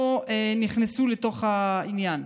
לא נכנסו לתוך העניין.